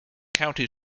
county